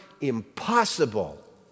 impossible